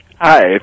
Hi